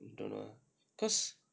don't know cause